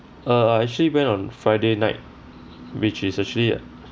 uh I actually went on friday night which is actually